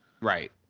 Right